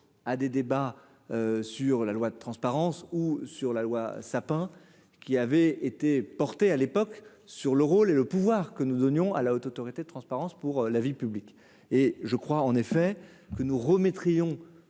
à des débats sur la loi de transparence ou sur la loi sapin qui avait été porté à l'époque sur le rôle et le pouvoir que nous donnions à la Haute autorité de transparence pour la vie publique et je crois en effet que nous remettre ont